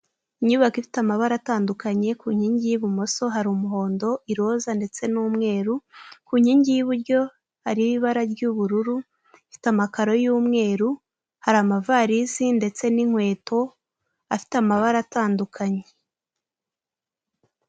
Inyubako ifite amabara atandukanye: ku nkingi y'ibumoso hari umuhondo, iroza ndetse n'umweru; ku nkingi y'iburyo hari ibara ry'ubururu. Ifite amakaro y'umweru, hari amavarisi ndetse n'inkweto afite amabara atandukanye.